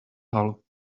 hull